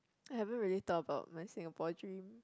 I haven't really thought about my Singapore dream